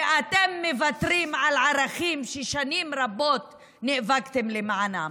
ואתם מוותרים על ערכים ששנים רבות נאבקתם למענם.